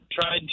tried